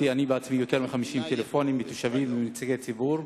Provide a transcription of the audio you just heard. אני עצמי קיבלתי יותר מ-50 טלפונים מתושבים ומנציגי ציבור.